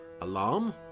alarm